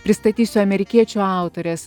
pristatysiu amerikiečių autorės